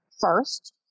first